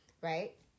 right